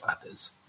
others